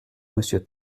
monsieur